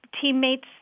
teammates